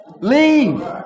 Leave